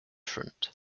front